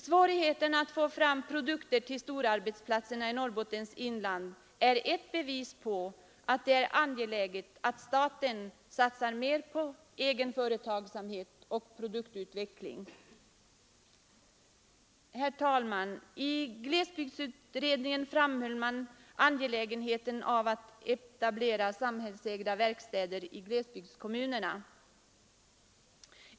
Svårigheterna att få fram produkter till storarbetsplatserna i Norrbottens inland är ett bevis för att det är angeläget att staten satsar mer på egen företagsamhet och produktutveckling. Herr talman! Glesbygdsutredningen framhöll angelägenheten av att etablera samhällsägda verkstäder i glesbygdskommunerna.